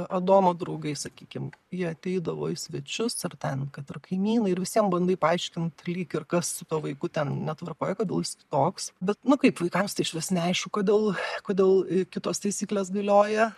adomo draugai sakykim jie ateidavo į svečius ar ten kad ir kaimynai ir visiem bandai paaiškint lyg ir kas su tuo vaiku ten netvarkoj kodėl jis toks bet nu kaip vaikams tai išvis neaišku kodėl kodėl kitos taisyklės galioja